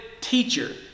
teacher